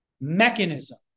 mechanism